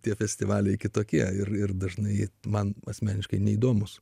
tie festivaliai kitokie ir ir dažnai man asmeniškai neįdomūs